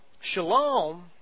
Shalom